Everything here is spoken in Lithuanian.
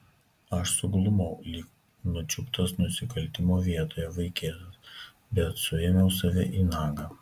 aš suglumau lyg nučiuptas nusikaltimo vietoje vaikėzas bet suėmiau save į nagą